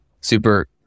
super